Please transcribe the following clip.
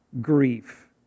grief